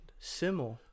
Simmel